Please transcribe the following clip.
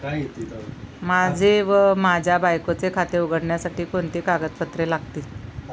माझे व माझ्या बायकोचे खाते उघडण्यासाठी कोणती कागदपत्रे लागतील?